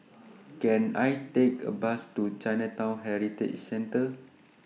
Can I Take A Bus to Chinatown Heritage Centre